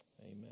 Amen